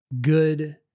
good